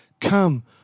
Come